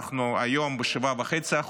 היום אנחנו ב-7.5%,